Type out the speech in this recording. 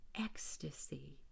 ecstasy